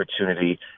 opportunity